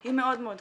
היא מאוד מאוד קשה,